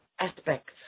aspects